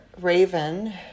Raven